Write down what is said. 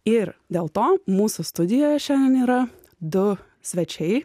ir dėl to mūsų studijoje šiandien yra du svečiai